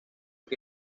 que